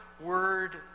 word